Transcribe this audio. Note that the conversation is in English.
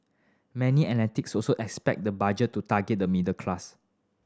many also expect the Budget to target the middle class